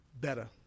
better